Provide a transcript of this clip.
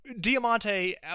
diamante